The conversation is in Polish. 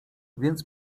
więc